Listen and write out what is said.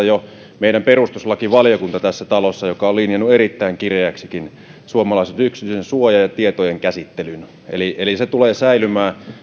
jo meidän perustuslakivaliokunta joka on linjannut erittäin kireäksikin suomalaisen yksityisyydensuojan ja tietojenkäsittelyn eli eli se tulee säilymään